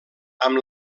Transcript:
amb